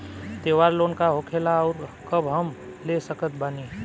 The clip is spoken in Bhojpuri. त्योहार लोन का होखेला आउर कब हम ले सकत बानी?